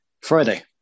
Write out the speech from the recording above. Friday